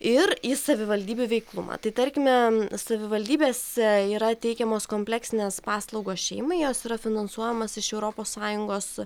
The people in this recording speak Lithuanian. ir į savivaldybių veiklumą tai tarkime savivaldybėse yra teikiamos kompleksinės paslaugos šeimai jos yra finansuojamas iš europos sąjungos